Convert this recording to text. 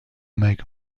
make